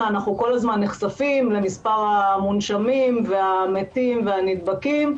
אנחנו כל הזמן נחשפים למספר המונשמים והמתים והנדבקים,